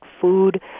food